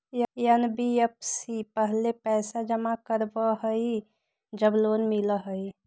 NBFC पहले पईसा जमा करवहई जब लोन मिलहई?